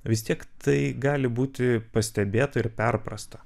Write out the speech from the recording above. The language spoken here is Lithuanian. vis tiek tai gali būti pastebėta ir perprasta